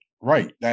right